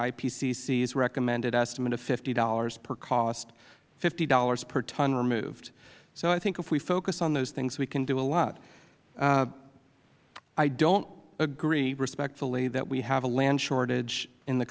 ipccs recommended estimate of fifty dollars per cost or fifty dollars per ton removed so i think if we focus on those things we can do a lot i don't agree respectfully that we have a land shortage in the